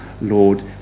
Lord